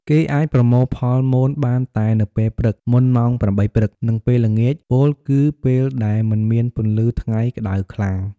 គេអាចប្រមូលផលមនបានតែនៅពេលព្រឹក មុនម៉ោង៨ព្រឹក និងពេលល្ងាច ពោលគឺពេលដែលមិនមានពន្លឺថ្ងៃក្ដៅខ្លាំង។